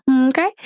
Okay